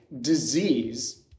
disease